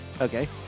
Okay